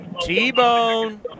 T-Bone